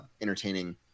entertaining